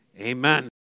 Amen